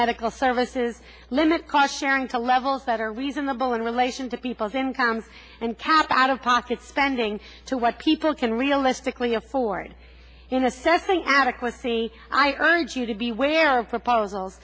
medical services limit cost sharing to levels that are reasonable in relation to people's incomes and kept out of pocket spending to what people can realistically afford in a certain adequacy i earned you to be aware of proposals